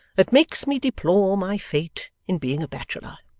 that makes me deplore my fate in being a bachelor.